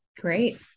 Great